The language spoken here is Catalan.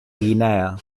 guinea